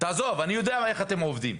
עזוב, אני יודע איך אתם עובדים.